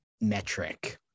metric